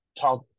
talk